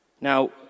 Now